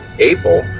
abel,